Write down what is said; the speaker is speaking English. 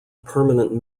permanent